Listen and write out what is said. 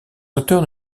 auteurs